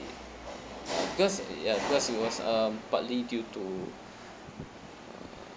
because ya because it was um partly due to uh